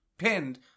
Pinned